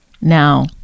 now